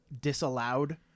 disallowed